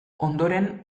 ondoren